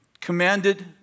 commanded